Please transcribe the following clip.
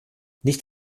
nicht